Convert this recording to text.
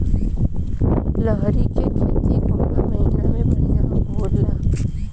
लहरी के खेती कौन महीना में बढ़िया होला?